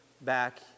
back